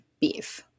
beef